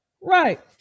Right